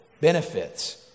benefits